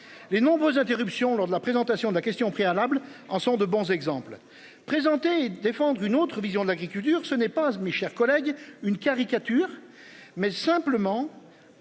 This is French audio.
les nombreuses interruptions lors de la présentation de la question préalable en sont de bons exemples présentés défendre une autre vision de l'agriculture ce n'est pas mes chers collègues. Une caricature mais simplement.